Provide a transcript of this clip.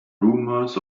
rumors